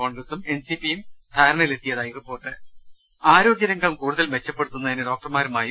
കോൺഗ്രസും N C പിയും ധാരണയിലെത്തിയതായി റിപ്പോർട്ട് ആരോഗ്യരംഗം കൂടുതൽ മെച്ചപ്പെടുത്തുന്നതിന് ഡോക്ടർമാരുമായും